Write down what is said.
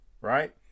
right